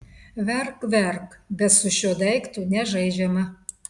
verk verk bet su šiuo daiktu nežaidžiama